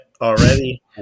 already